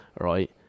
right